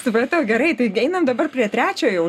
supratau gerai taigi einam dabar prie trečio jau